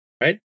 right